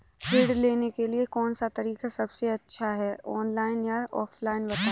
ऋण लेने के लिए कौन सा तरीका सबसे अच्छा है ऑनलाइन या ऑफलाइन बताएँ?